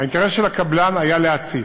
האינטרס של הקבלן היה להציף.